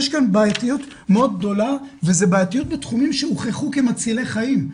יש כאן בעייתיות מאוד גדולה וזו בעייתיות בתחומים שהוכחו כמצילי חיים.